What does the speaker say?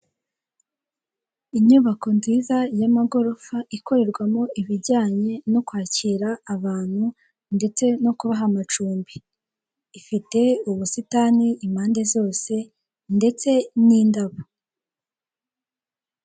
Inyubako nziza y'amagorofa, ikorerwamo ibijyanye no kwakira abantu ndetse no kubaha amacumbi, ifite ubusitani impande zose ndetse n'indabo.